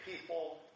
people